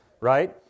right